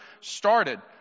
started